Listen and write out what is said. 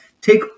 Take